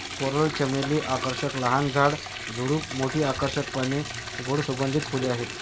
coral चमेली आकर्षक लहान झाड, झुडूप, मोठी आकर्षक पाने, गोड सुगंधित फुले आहेत